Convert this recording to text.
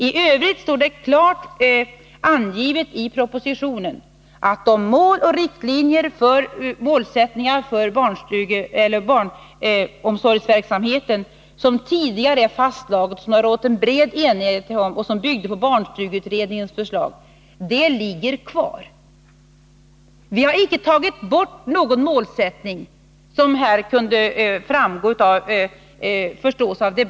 I övrigt står det klart angivet i propositionen att de målsättningar för barnomsorgsverksamheten som tidigare är fastslagna, som det har rått en bred enighet om och som byggde på barnstugeutredningens förslag ligger kvar. Vi har inte tagit bort någon målsättning, vilket debatten här kunde ge intryck av.